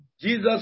Jesus